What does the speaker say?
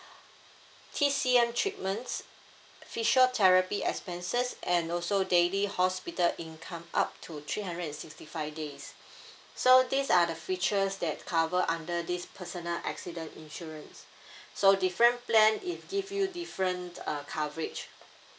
T_C_M treatments physiotherapy expenses and also daily hospital income up to three hundred and sixty five days so these are the features that cover under this personal accident insurance so different plan it give you different uh coverage